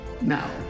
Now